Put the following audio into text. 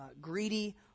greedy